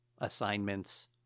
assignments